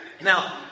Now